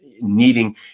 needing